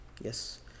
Yes